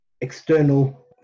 external